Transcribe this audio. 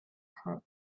her